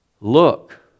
Look